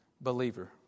Believer